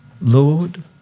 Lord